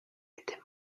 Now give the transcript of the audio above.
était